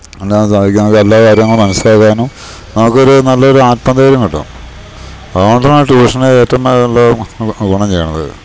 അങ്ങനെ സാധിക്കും നമുക്ക് എല്ലാ കാര്യങ്ങളും മനസ്സിലാകാനും നമുക്ക് ഒരു നല്ലൊരു ആത്മധൈര്യം കിട്ടും അതുകൊണ്ടാണ് ട്യൂഷന് ഏറ്റോം നല്ല ഗുണം ചെയ്യണത്